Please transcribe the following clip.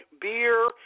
beer